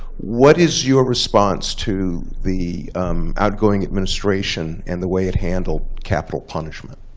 what is your response to the outgoing administration and the way it handled capital punishment?